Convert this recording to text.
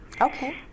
Okay